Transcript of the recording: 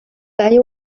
they